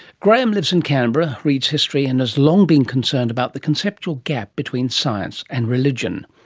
graham lives in canberra, reads history, and has long been concerned about the conceptual gap between science and religion.